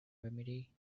remedy